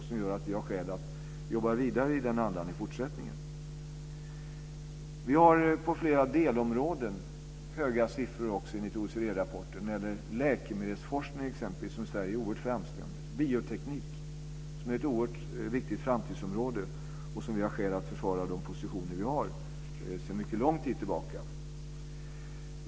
Det gör att vi har skäl att jobba vidare i samma anda i fortsättningen. Vi har enligt OECD-rapporten också höga siffror på flera delområden. Det gäller exempelvis läkemedelsforskning. Där är Sverige oerhört framstående. Det gäller bioteknik, som är ett oerhört viktigt framtidsområde där vi har skäl att försvara de positioner som vi har sedan mycket lång tid tillbaka.